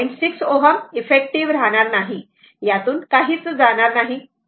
6 Ω effective राहणार नाही यातून काही जाणार नाही